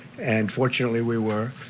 and fortunately we were.